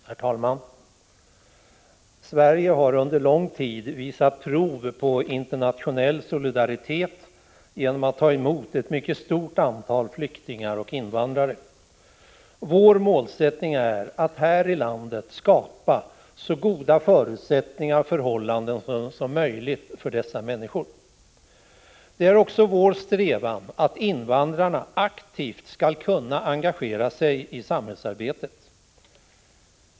Herr talman! Sverige har under lång tid visat prov på internationell solidaritet genom att ta emot ett mycket stort antal flyktingar och invandrare. Vår målsättning är att här i landet skapa så goda förutsättningar och förhållanden som möjligt för dessa människor. Det är också vår strävan att invandrarna aktivt skall kunna engagera sig i samhällsarbetet.